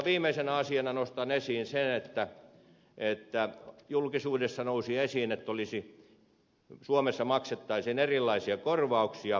viimeisenä asiana nostan esiin sen että julkisuudessa nousi esiin että suomessa maksettaisiin erilaisia korvauksia